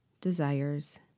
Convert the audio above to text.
desires